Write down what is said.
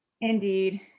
Indeed